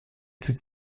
toute